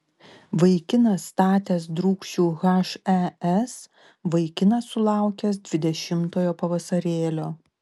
vaikinas statęs drūkšių hes vaikinas sulaukęs dvidešimtojo pavasarėlio